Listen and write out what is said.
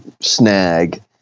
snag